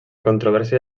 controvèrsia